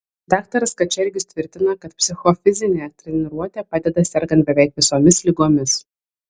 daktaras kačergius tvirtina kad psichofizinė treniruotė padeda sergant beveik visomis ligomis